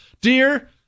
Dear